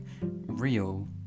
real